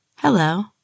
Hello